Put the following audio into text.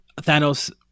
Thanos